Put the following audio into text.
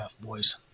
boys